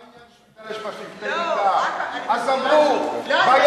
אני יודעת, אני